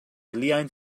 iliajn